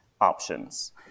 options